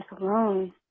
alone